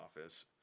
office